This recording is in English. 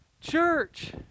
church